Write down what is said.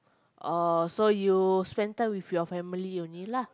orh so you spent time with your family only lah